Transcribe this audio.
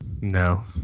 No